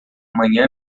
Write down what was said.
manhã